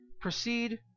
proceed